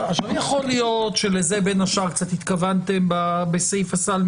יכול להיות שבין השאר לזה התכוונתם בסעיף הסל,